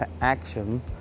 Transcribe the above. action